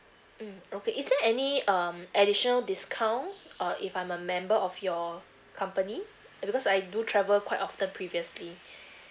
mm okay is there any um additional discount uh if I'm a member of your company because I do travel quite often previously